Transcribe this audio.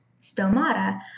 stomata